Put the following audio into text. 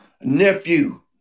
nephew